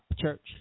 church